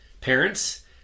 parents